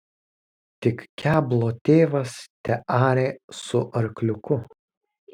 tik keblo tėvas tearė su arkliuku